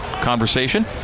conversation